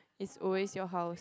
is always your house